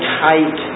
tight